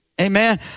Amen